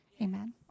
Amen